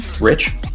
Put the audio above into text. rich